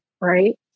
right